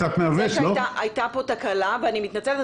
הייתה תקלה ב-זום ואני מתנצלת.